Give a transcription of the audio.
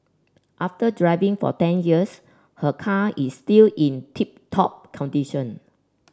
after driving for ten years her car is still in tip top condition